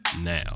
now